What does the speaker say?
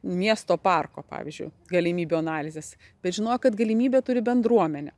miesto parko pavyzdžiu galimybių analizės bet žinojo kad galimybė turi bendruomenė